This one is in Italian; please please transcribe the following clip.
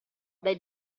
dai